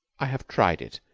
i have tried it,